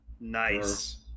Nice